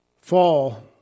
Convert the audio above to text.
fall